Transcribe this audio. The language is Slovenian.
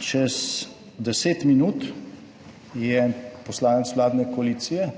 čez deset minut je poslanec vladne koalicije,